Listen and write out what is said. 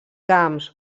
camps